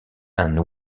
and